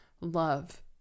Love